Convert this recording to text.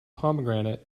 pomegranate